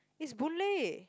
is Boon-Lay